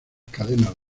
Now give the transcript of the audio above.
cadenas